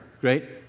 great